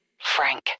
Frank